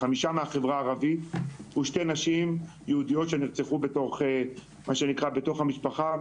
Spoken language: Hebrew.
חמישה מהחברה הערבית ושתי נשים יהודיות שנרצחו מה שנקרא ׳בתוך המשפחה׳,